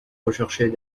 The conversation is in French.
rechercher